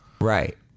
Right